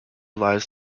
lies